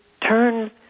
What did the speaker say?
turn